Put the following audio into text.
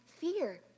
fear